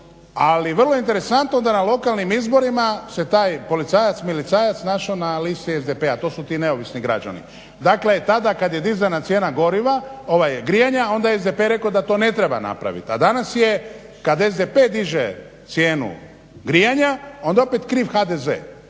ali vrlo interesantno da na lokalnim izborima se taj policajac-milicajac našao na listi SDP-a, to su ti neovisni građani. Dakle, tada kad je dizana cijena grijanja onda je SDP rekao da to ne treba napraviti, a danas je kad SDP diže cijenu grijanja onda je opet kriv HDZ.